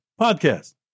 podcast